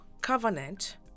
Covenant